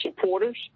supporters